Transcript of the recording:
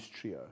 trio